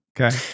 Okay